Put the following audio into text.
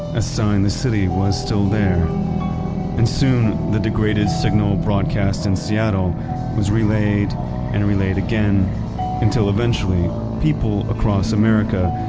a sign the city was still there and soon the degraded signal broadcast in seattle was relayed and relayed again until eventually people across america,